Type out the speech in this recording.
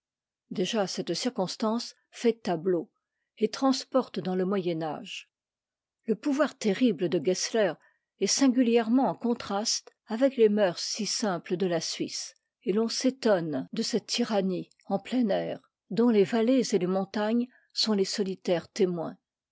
déjà cette circonstance fait tableau et transporte dans le moyen âge le pouvoir terrible de gessler est singuhèrement en contraste avec les mœurs si simples de la suisse et l'on s'étonne de cette tyrannie en plein air dont les vallées et les montagnes sont les solitaires témoins